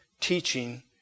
teaching